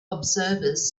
observers